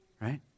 right